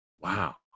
Wow